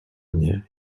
mnie